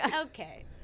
Okay